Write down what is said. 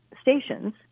stations